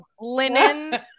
linen